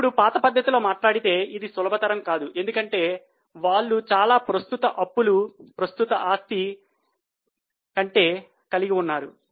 ఇప్పుడు పాత పద్ధతిలో మాట్లాడితే ఇది సులభతరం కాదు ఎందుకంటే వాళ్లు చాలా ప్రస్తుత అప్పులు ప్రస్తుత ఆస్తి కంటే కలిగి ఉన్నారు